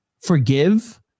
forgive